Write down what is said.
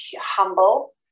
humble